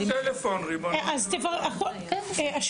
נברר.